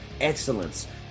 excellence